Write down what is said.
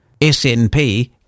SNP